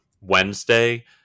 Wednesday